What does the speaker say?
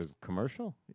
commercial